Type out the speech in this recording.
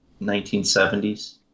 1970s